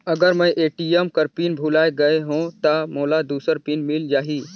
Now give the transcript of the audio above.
अगर मैं ए.टी.एम कर पिन भुलाये गये हो ता मोला दूसर पिन मिल जाही?